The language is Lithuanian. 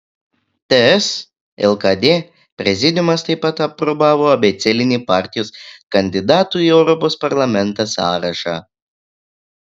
ts lkd prezidiumas taip pat aprobavo abėcėlinį partijos kandidatų į europos parlamentą sąrašą